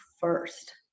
first